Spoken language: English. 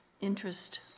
interest